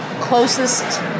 closest